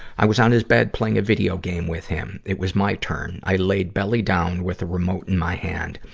i was on his bed playing a video game with him. it was my turn. i laid belly down with the remote in my hand.